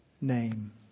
name